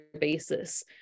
basis